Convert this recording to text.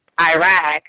Iraq